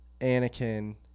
Anakin